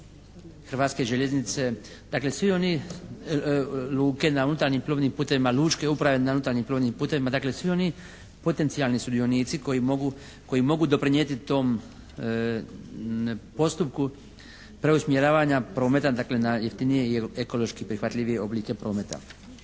Hrvatske željeznice, dakle svi oni, luke na unutarnjim plovnim putevima, lučke uprave na unutarnjim plovnim putevima, dakle svi oni potencijalni sudionici koji mogu doprinijeti tom postupku preusmjeravanja prometa dakle na jeftinije i ekološki prihvatljivije oblike prometa.